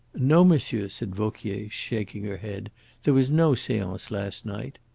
no, monsieur, said vauquier, shaking her head there was no seance last night.